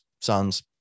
sons